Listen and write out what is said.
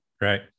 Right